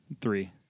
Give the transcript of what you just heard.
Three